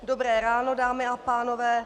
Dobré ráno, dámy a pánové.